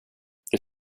det